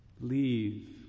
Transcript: leave